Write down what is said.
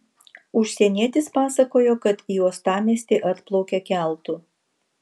užsienietis pasakojo kad į uostamiestį atplaukė keltu